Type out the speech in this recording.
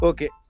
Okay